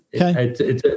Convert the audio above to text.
Okay